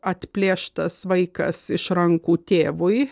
atplėštas vaikas iš rankų tėvui